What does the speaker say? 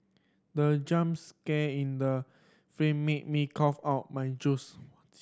the jump scare in the film made me cough out my juice